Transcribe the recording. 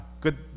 Good